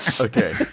Okay